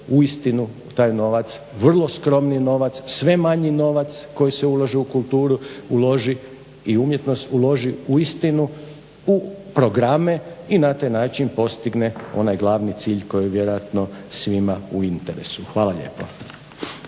uistinu taj novac, vrlo skromni novac sve manji novac koji se ulaže u kulturu i umjetnost uloži uistinu u programe i na taj način postigne onaj glavni cilj koji je vjerojatno svima u interesu. Hvala lijepo.